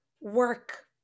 work